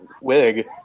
wig